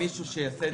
מישהו שיעשה את זה.